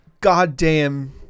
goddamn